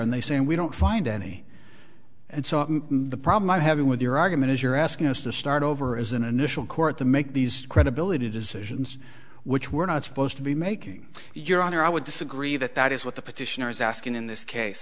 and they say and we don't find any and so the problem i'm having with your argument is you're asking us to start over as an initial court to make these credibility decisions which we're not supposed to be making your honor i would disagree that that is what the petitioner is asking in this case